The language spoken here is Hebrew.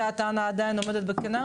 הטענה הזו עדיין עומדת בקנה?